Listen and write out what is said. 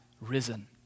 risen